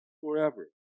forever